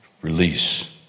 release